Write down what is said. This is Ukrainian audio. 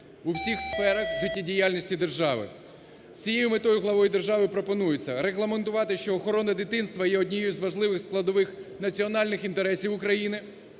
у всіх сферах життєдіяльності держави. З цією метою главою держави пропонується, регламентувати, що охорона дитинства є однією з важливих складових національних інтересів України,